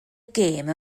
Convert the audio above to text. gêm